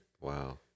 wow